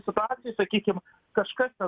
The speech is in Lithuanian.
situacijoj sakykim kažkas ten